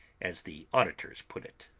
as the auditors put it.